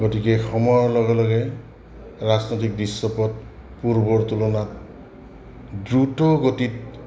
গতিকে সময়ৰ লগে লগে ৰাজনৈতিক দশ্যপট পূৰ্বৰ তুলনাত দ্ৰুতগতিত